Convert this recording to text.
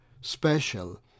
special